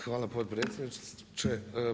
Hvala potpredsjedniče.